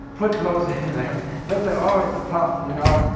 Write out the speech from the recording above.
put those in there. they'll say, oh, it's tough. you know,